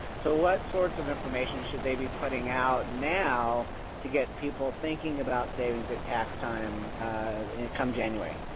so what sorts of information should they be putting out now to get people thinking about savings at tax time come january?